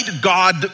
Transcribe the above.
God